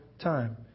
time